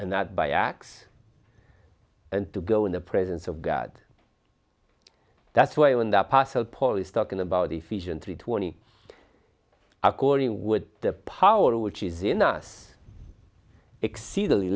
and not by acts and to go in the presence of god that's why when the apostle paul is talking about efficiently twenty according with the power which is in us exceedingly